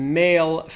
male